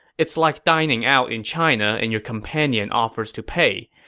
it's like dining out in china and your companion offers to pay.